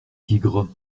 tigre